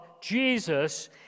Jesus